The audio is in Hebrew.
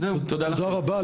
תודה רבה.